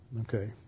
Okay